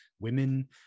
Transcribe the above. women